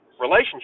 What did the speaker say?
relationship